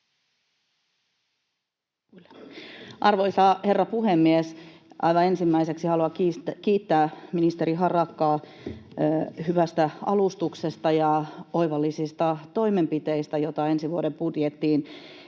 Arvoisa herra puhemies! Aivan ensimmäiseksi haluan kiittää ministeri Harakkaa hyvästä alustuksesta ja oivallisista toimenpiteistä, joita ensi vuoden budjettiin